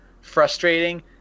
frustrating